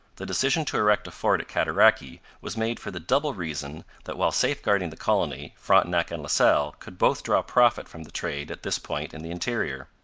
the decision to erect a fort at cataraqui was made for the double reason that while safeguarding the colony frontenac and la salle could both draw profit from the trade at this point in the interior.